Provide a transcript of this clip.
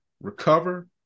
recover